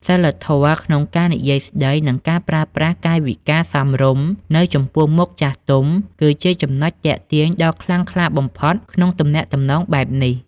សីលធម៌ក្នុងការនិយាយស្តី និងការប្រើប្រាស់កាយវិការសមរម្យនៅចំពោះមុខចាស់ទុំ គឺជាចំណុចទាក់ទាញដ៏ខ្លាំងក្លាបំផុតក្នុងទំនាក់ទំនងបែបនេះ។